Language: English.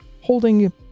holding